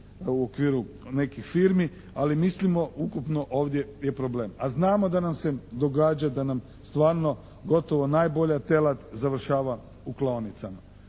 u okviru nekih firmi ali mislimo ukupno ovdje je problem. A znamo da nam se događa da nam stvarno gotovo najbolja telad završava u klaonicama.